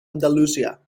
andalusia